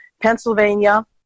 pennsylvania